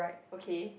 okay